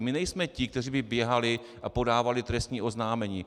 My nejsme ti, kteří by běhali a podávali trestní oznámení.